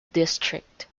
district